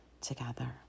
together